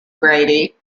grady